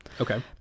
okay